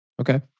Okay